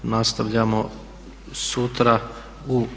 Nastavljamo sutra u